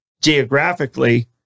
geographically